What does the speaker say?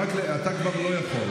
אתה כבר לא יכול,